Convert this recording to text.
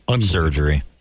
surgery